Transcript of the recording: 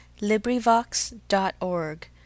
LibriVox.org